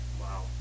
Wow